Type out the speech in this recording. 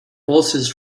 forces